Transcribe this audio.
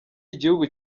igihugu